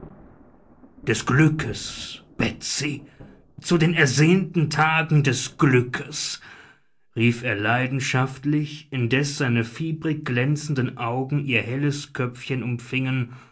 des glückes betsy zu den ersehnten tagen des glückes rief er leidenschaftlich indes seine fieberig glänzenden augen ihr helles köpfchen umfingen